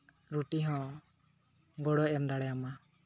ᱨᱩᱴᱤ ᱦᱚᱸ ᱜᱚᱲᱚᱭ ᱮᱢ ᱫᱟᱲᱮᱭᱟᱢᱟ